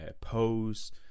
Pose